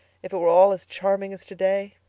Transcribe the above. if it were all as charming as today.